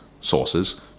sources